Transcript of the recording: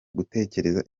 gutekereza